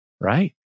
right